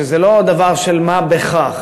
שזה לא דבר של מה בכך.